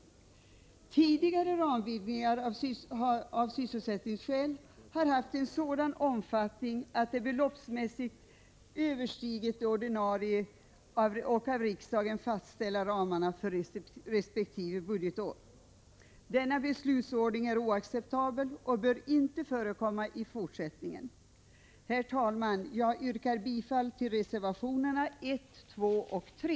Tidigare ramvidgningar av sysselsättningsskäl har haft en sådan omfattning att de beloppsmässigt överstigit de ordinarie av riksdagen fastställda ramarna för resp. budgetår. Denna beslutsordning är oacceptabel och bör inte förekomma i fortsättningen. Herr talman! Jag yrkar bifall till reservationerna 1, 2 och 3.